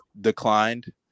declined